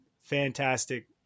fantastic